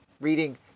reading